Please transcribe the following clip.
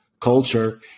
culture